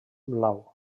blau